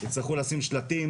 יצטרכו לשים שלטים